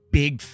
big